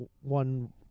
one